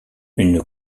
une